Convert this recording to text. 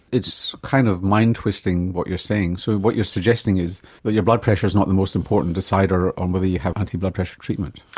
it's kind of mind twisting, what you're saying. so what you're suggesting is that your blood pressure is not the most important decider of um whether you have anti blood pressure treatment.